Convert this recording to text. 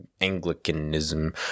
Anglicanism